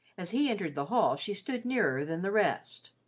as he entered the hall she stood nearer than the rest,